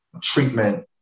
treatment